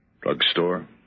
Drugstore